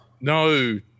No